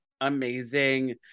amazing